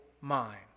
mind